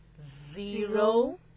zero